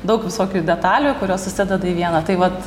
daug visokių detalių kurios susideda į vieną tai vat